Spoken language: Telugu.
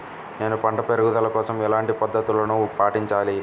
నేను పంట పెరుగుదల కోసం ఎలాంటి పద్దతులను పాటించాలి?